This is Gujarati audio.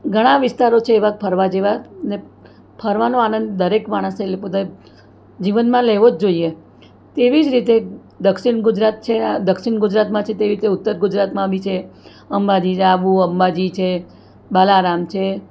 ઘણા વિસ્તારો છે એવા ફરવા જેવા ને ફરવાનો આનંદ દરેક માણસે પોતાનાં જીવનમાં લેવો જ જોઈએ તેવી જ રીતે દક્ષિણ ગુજરાત છે આ દક્ષિણ ગુજરાતમાં છે તેવી જ રીતે ઉત્તર ગુજરાતમાં બી છે અંબાજી છે આબુ અંબાજી છે બાલારામ છે